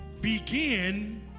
Begin